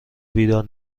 بیدار